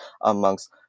amongst